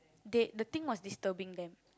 they the thing was disturbing them